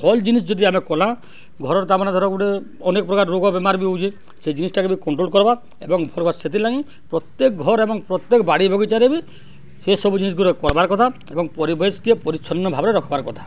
ଭଲ୍ ଜିନିଷ୍ ଯଦି ଆମେ କଲା ଘରର୍ ତା'ମାନେ ଧର ଗୁଟେ ଅନେକ୍ ପ୍ରକାର୍ ରୋଗ୍ ବେମାର୍ ବି ହଉଚେ ସେ ଜିନିଷ୍ଟାକେ ବି କଣ୍ଟ୍ରୋଲ୍ କର୍ବା ଏବଂ ଭଲ୍ କର୍ବା ସେଥିଲାଗି ପ୍ରତ୍ୟେକ୍ ଘର୍ ଏବଂ ପ୍ରତ୍ୟେକ୍ ବାଡ଼ି ବଗିଚାରେ ବି ସେସବୁ ଜିନିଷ୍ ଗୁଡ଼େ କର୍ବାର୍ କଥା ଏବଂ ପରିବେଶ୍କେ ପରିଚ୍ଛନ୍ନ ଭାବେ ରଖ୍ବାର୍ କଥା